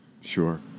Sure